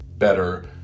better